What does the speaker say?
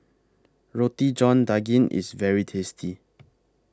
Roti John Daging IS very tasty